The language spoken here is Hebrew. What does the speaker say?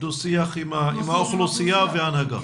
דו שיח עם האוכלוסייה וההנהגה.